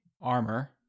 armor